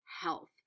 health